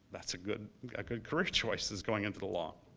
that's a good good career choice is going into the law.